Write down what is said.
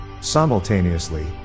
Simultaneously